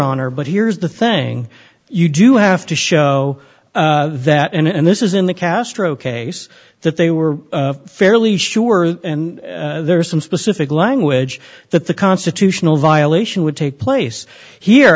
honor but here's the thing you do have to show that and this is in the castro case that they were fairly sure that and there's some specific language that the constitutional violation would take place here